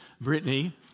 Brittany